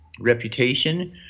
reputation